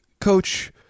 coach